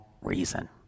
reason